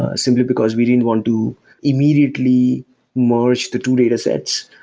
ah simply because we didn't want to immediately merge the two data sets.